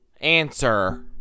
Answer